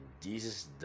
Jesus